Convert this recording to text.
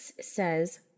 says